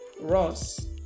Ross